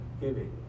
giving